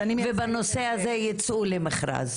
ובנושא הזה יצאו למכרז.